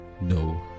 no